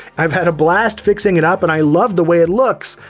i've had a blast fixing it up and i love the way it looks.